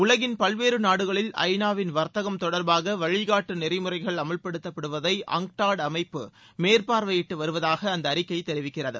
உலகின் பல்வேறு நாடுகளில் ஐ நா வின் வர்த்தகம் தொடர்பாக வழிகாட்டு நெறிமுறைகள் அமல்படுத்தப்படுவதை அங்டாட் அமைப்பு மேற்பார்வையிட்டு வருவதாக அந்த அறிக்கை தெரிவிக்கிறது